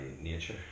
nature